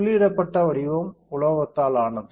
புள்ளியிடப்பட்ட வடிவம் உலோகத்தால் ஆனது